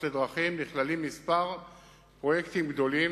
לדרכים נכללים כמה פרויקטים גדולים,